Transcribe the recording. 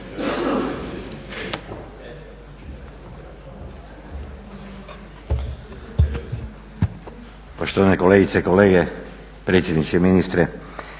Poštovane kolegice i kolege, predsjedniče, ministre.